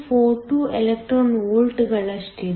42 electron ವೋಲ್ಟ್ಗಳಷ್ಟಿದೆ